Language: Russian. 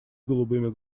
голубыми